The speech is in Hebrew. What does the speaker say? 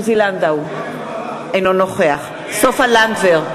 אינו נוכח סופה לנדבר,